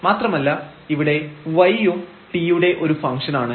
മാത്രമല്ല ഇവിടെ y ഉം t യുടെ ഒരു ഫംഗ്ഷൻ ആണ്